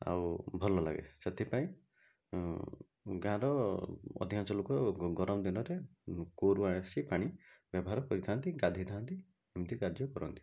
ଆଉ ଭଲ ଲାଗେ ସେଥିପାଇଁ ଗାଁର ଅଧିକାଂଶ ଲୋକ ଗରମ ଦିନରେ କୂଅରୁ ଆସି ପାଣି ବ୍ୟବହାର କରିଥାନ୍ତି ଗାଧେଇଥାନ୍ତି ଏମିତି କାର୍ଯ୍ୟ କରନ୍ତି